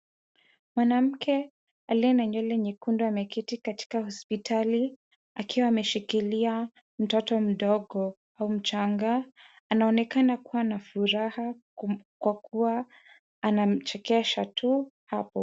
Mwanamke aliye na nywele nyekundu ameketi katika hospitali akiwa ameshikilia mtoto mdogo au mchanga. Anaonekana kuwa na furaha kwa kuwa anamchekesha tu hapo.